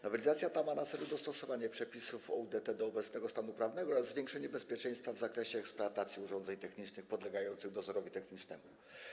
Nowelizacja ta ma na celu dostosowanie przepisów o UDT do obecnego stanu prawnego oraz zwiększenie bezpieczeństwa w zakresie eksploatacji urządzeń technicznych podlegających dozorowi technicznemu.